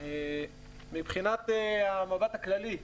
מבחינת המבט הכללי,